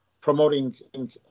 promoting